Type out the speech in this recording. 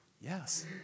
Yes